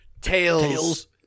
tails